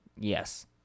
yes